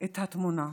את התמונה.